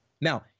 Now